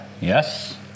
Yes